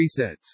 presets